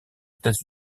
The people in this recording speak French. états